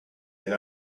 and